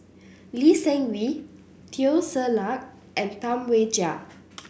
Lee Seng Wee Teo Ser Luck and Tam Wai Jia